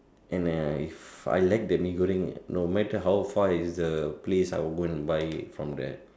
and uh if I like the Mee-Goreng no matter how far is the place I will go and buy it from there